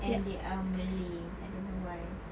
and they are malay I don't know why